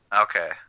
okay